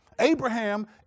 Abraham